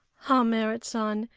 ah, merrit san,